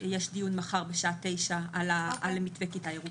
יש דיון מחר בשעה תשע על מתווה כיתה ירוקה.